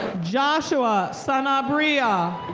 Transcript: joshua sanabria.